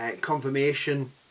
Confirmation